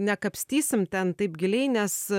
ne kapstysim ten taip giliai nes